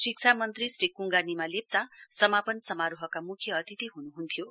शिक्षा मन्त्री श्री कुङ्गा निमा लेप्चा समापन समारोहका मुख्य अतिथि हुनुहुन्थ्यो